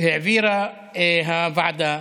העבירה הוועדה,